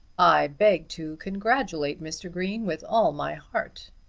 i beg to congratulate mr. green with all my heart.